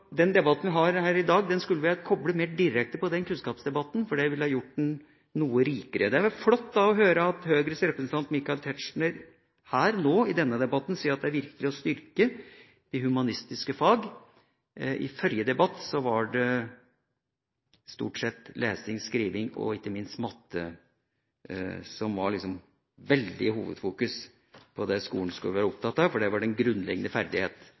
den kunnskapsdebatten, for det ville gjort den noe rikere. Det har vært flott å høre at Høyres representant, Michael Tetzschner her og nå i denne debatten sier at det viktig å styrke de humanistiske fagene. I den forrige debatten var det stort sett lesing, skriving og ikke minst matte som var veldig i hovedfokus når det gjelder hva skolen skal være opptatt av, for det var grunnleggende